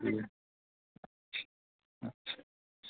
ऐं